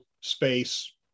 space